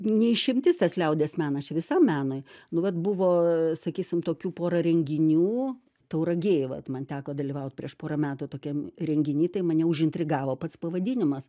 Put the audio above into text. ne išimtis tas liaudies menas čia visam menui nu vat buvo sakysim tokių porą renginių tauragėj vat man teko dalyvaut prieš porą metų tokiam renginy tai mane užintrigavo pats pavadinimas